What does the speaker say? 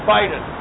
Biden